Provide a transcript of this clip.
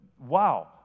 Wow